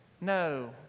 no